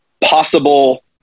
possible